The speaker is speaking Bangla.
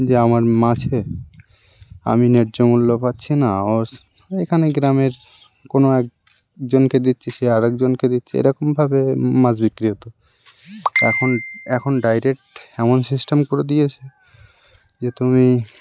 যে আমার মাছে আমি ন্যায্য মূল্য পাচ্ছি না এখানে গ্রামের কোনো একজনকে দিচ্ছি সে আরেকজনকে দিচ্ছে এরকমভাবে মাছ বিক্রি হতো এখন এখন ডাইরেক্ট এমন সিস্টেম করে দিয়েছে যে তুমি